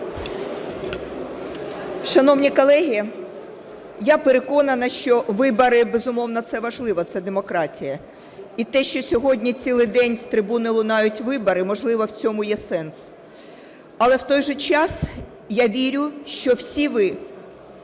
Шановні колеги, я переконана, що вибори, безумовно, це важливо, це демократія. І те, що сьогодні цілий день з трибуни лунають вибори, можливо, в цьому є сенс. Але, в той же час, я вірю, що всі ви